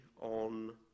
on